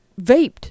vaped